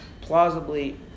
plausibly